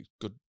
good